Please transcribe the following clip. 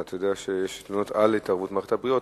אבל אתה יודע שיש תלונות על התערבות מערכת הבריאות,